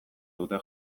dute